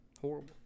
Horrible